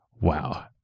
Wow